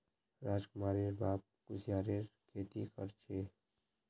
राजकुमारेर बाप कुस्यारेर खेती कर छे